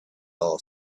all